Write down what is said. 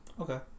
Okay